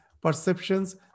perceptions